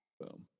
boom